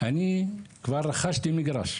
אני כבר רכשתי מגרש,